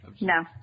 No